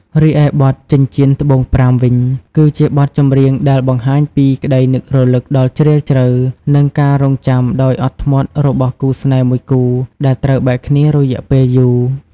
រីឯបទ ចិញ្ចៀនត្បូងប្រាំ វិញ គឺជាបទចម្រៀងដែលបង្ហាញពីក្តីនឹករលឹកដ៏ជ្រាលជ្រៅ និងការរង់ចាំដោយអត់ធ្មត់របស់គូស្នេហ៍មួយគូដែលត្រូវបែកគ្នារយៈពេលយូរ។